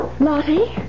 Lottie